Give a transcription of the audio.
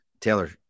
Taylor